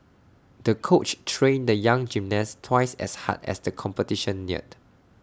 the coach trained the young gymnast twice as hard as the competition neared